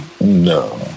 no